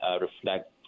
reflect